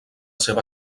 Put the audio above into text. seva